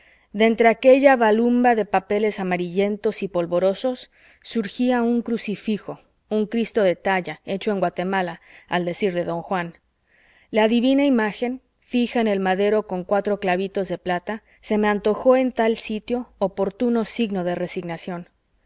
villaverdino de entre aquella balumba de papeles amarillentos y polvorosos surgía un crucifijo un cristo de talla hecho en guatemala al decir de don juan la divina imagen fija en el madero con cuatro clavitos de plata se me antojó en tal sitio oportuno signo de resignación